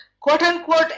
quote-unquote